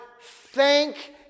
thank